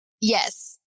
Yes